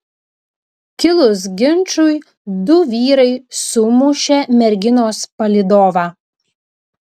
kilus ginčui du vyrai sumušė merginos palydovą